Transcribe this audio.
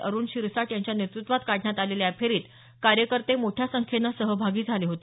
अरुण शिरसाट यांच्या नेतृत्वात काढण्यात आलेल्या या फेरीत कार्यकर्ते मोठ्या संख्येनं सहभागी झाले होते